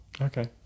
okay